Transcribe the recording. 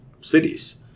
cities